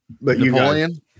Napoleon